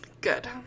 Good